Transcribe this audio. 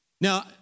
Now